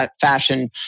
fashion